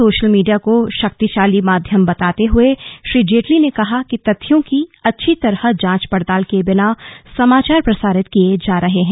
social media को शक्तिशाली माध्याम बताते हुए श्री जेटली ने कहा कि तथ्यों की अच्छी तरह जांच पड़ताल किए बिना समाचार प्रसारित किए जा रहे हैं